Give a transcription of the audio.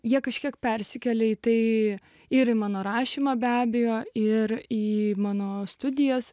jie kažkiek persikelia į tai ir į mano rašymą be abejo ir į mano studijas